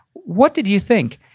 what did you think?